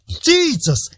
Jesus